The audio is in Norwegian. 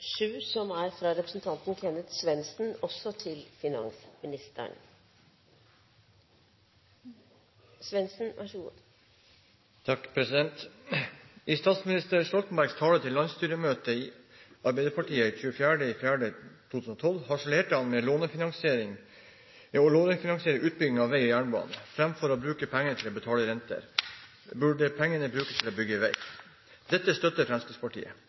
statsminister Stoltenbergs tale til Arbeiderpartiets landsstyremøte 24. april 2012 harselerte han med å lånefinansiere utbygging av vei og jernbane. Framfor å bruke penger til å betale renter burde pengene brukes til å bygge vei. Dette støtter Fremskrittspartiet.